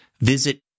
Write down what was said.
Visit